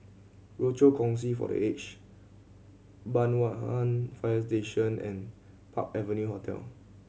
Rochor Kongsi for The Aged Banyan Fire Station and Park Avenue Hotel